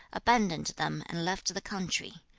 abandoned them and left the country.